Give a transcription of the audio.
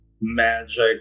magic